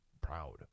proud